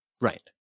Right